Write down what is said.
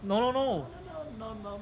no no no